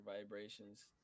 vibrations